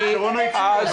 רונה הציגה לנו.